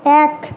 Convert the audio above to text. এক